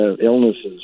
illnesses